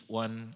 one